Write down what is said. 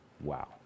Wow